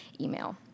email